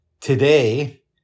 today